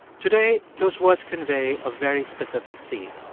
today, those words convey a very specific scene